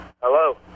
hello